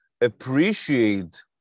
appreciate